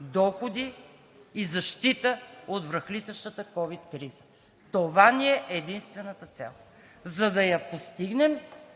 доходи и защита от връхлитащата ковид криза. Това ни е единствената цел. За да я постигнем,